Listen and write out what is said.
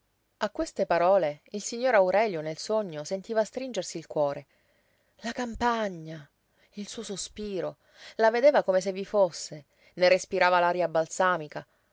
a queste parole il signor aurelio nel sogno sentiva stringersi il cuore la campagna il suo sospiro la vedeva come se vi fosse ne respirava l'aria balsamica